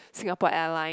Singapore Airline